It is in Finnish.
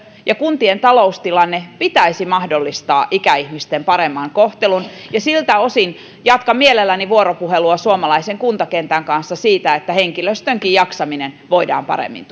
ja kuntien taloustilanteen pitäisi mahdollistaa ikäihmisten parempi kohtelu ja siltä osin jatkan mielelläni vuoropuhelua suomalaisen kuntakentän kanssa siitä että henkilöstönkin jaksaminen voidaan paremmin